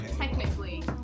Technically